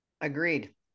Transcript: Agreed